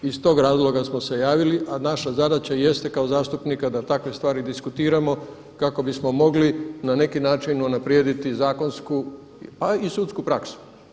I iz tog razloga smo se javili, a naša zadaća jeste kao zastupnika da takve stvari diskutiramo kako bismo mogli na neki način unaprijediti zakonsku, pa i sudsku praksu.